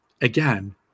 again